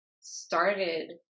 started